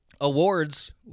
awards